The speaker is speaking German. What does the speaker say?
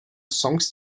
songs